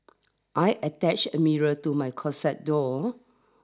I attached a mirror to my closet door